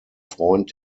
freund